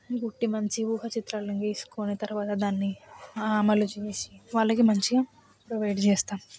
కుట్టి మంచిగా ఊహాచిత్రాలను గీసుకొని తర్వాత దాన్ని మళ్ళా చేసి వాళ్ళకి మంచిగా ప్రొవైడ్ చేస్తాను